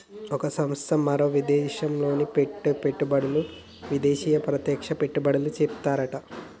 ఒక సంస్థ మరో విదేశంలో పెట్టే పెట్టుబడులను విదేశీ ప్రత్యక్ష పెట్టుబడులని చెప్తారట